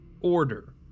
Order